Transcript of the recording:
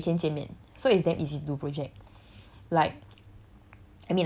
like cause 我们每天见面 so it's damn easy to do project like